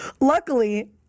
Luckily